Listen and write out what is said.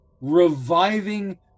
reviving